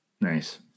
nice